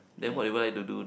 then what would you like to do